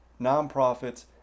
nonprofits